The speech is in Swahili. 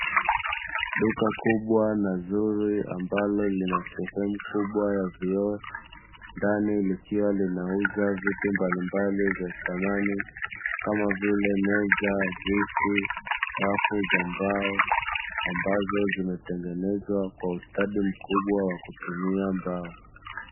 Duka kubwa na zuri ambalo lina sehemu kubwa ya vioo, ndani likiwa linauza vitu mbalimbali vya samani, kama vile meza, viti rafu za mbao, ambazo zimetengenezwa kwa ustadi mkubwa wa kutumia mbao.